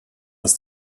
aus